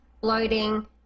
bloating